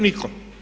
Nitko.